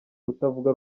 utavuga